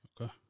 Okay